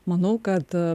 manau kad